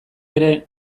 ere